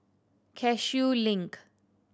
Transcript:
Cashew Link